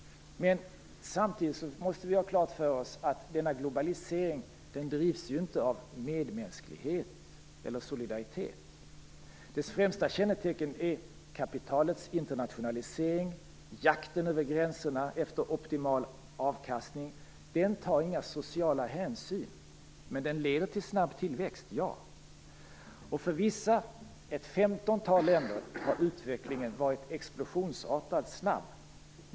Men samtidigt måste vi ha klart för oss att denna globalisering inte drivs av medmänsklighet eller solidaritet. Dess främsta kännetecken är kapitalets internationalisering och jakten över gränserna efter optimal avkastning. Den tar inga sociala hänsyn. Den leder till snabb tillväxt - ja! För vissa länder, ett femtontal, har utvecklingen varit explosionsartat snabb.